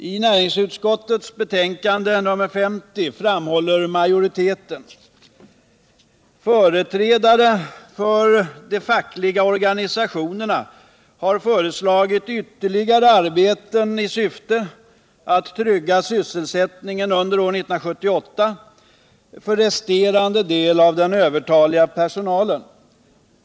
I näringsutskottets betänkande nr 50 framhåller majoriteten: ”Företrädare för de fackliga organisationerna har föreslagit ytterligare arbeten i syfte att trygga sysselsättningen under år 1978 för resterande del av den övertaliga personalen.